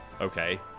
Okay